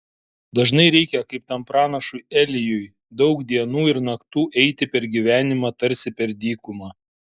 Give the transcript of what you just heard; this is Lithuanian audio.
dažnai reikia kaip tam pranašui elijui daug dienų ir naktų eiti per gyvenimą tarsi per dykumą